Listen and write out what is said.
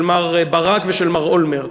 של מר ברק ומר אולמרט,